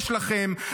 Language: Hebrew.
יש לכם,